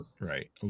Right